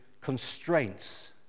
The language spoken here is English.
constraints